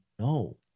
No